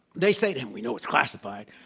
they say that, we know it's classified,